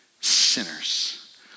sinners